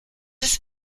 ist